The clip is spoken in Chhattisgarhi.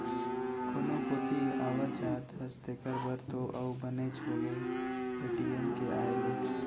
कोनो कोती आवत जात हस तेकर बर तो अउ बनेच होगे ए.टी.एम के आए ले